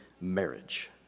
marriage